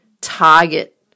target